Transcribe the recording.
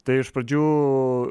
tai iš pradžių